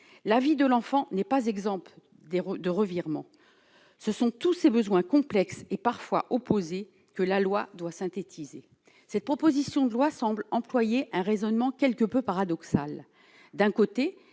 la vie de l'enfant n'est pas exemple des de revirements, ce sont tous ces besoins complexes et parfois opposées que la loi doit synthétiser cette proposition de loi semble employer un raisonnement quelque peu paradoxale : d'un côté,